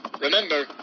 Remember